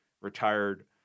retired